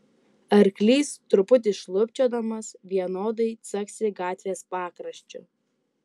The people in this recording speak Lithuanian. arklys truputį šlubčiodamas vienodai caksi gatvės pakraščiu